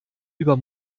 über